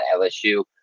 LSU